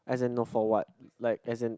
as in no for what like as in